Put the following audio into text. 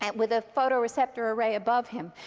and with a photoreceptor array above him.